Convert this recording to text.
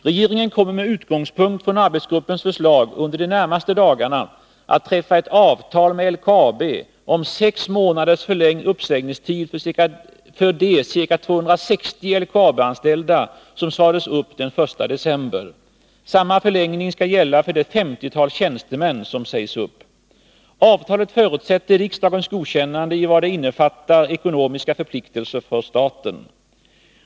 Regeringen kommer med utgångspunkt i arbetsgruppens förslag att under de närmaste dagarna träffa ett avtal med LKAB om sex månaders förlängd uppsägningstid för de ca 260 LKAB-anställda som sades upp den 1 december. Samma förlängning skall gälla för det femtiotal tjänstemän som sägs upp. Avtalet förutsätter riksdagens godkännande i vad det innefattar ekonomiska förpliktelser för staten.